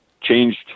changed